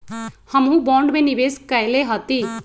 हमहुँ बॉन्ड में निवेश कयले हती